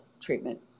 treatment